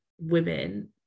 women